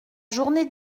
journée